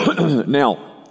Now